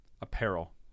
apparel